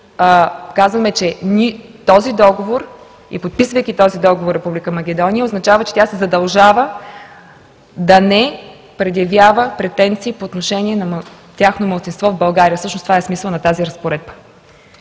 казваме, че този договор и подписвайки този договор, Република Македония означава, че се задължава да не предявява претенции по отношение на тяхно малцинство в България. Всъщност това е смисълът на тази Разпоредба.